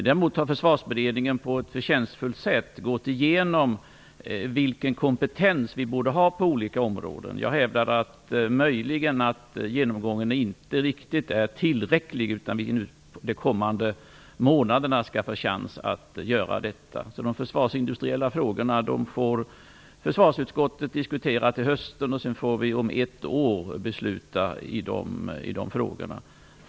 Däremot har Försvarsberedningen på ett förtjänstfullt sätt gått igenom vilken kompetens vi borde ha på olika områden. Jag hävdade att genomgången möjligen inte är riktigt tillräcklig, utan att vi under de kommande månaderna skall få chans att göra detta. De försvarsindustriella frågorna får försvarsutskottet diskutera till hösten. Om ett år kan vi besluta i dessa frågor.